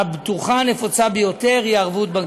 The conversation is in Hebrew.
סדרנים בצד.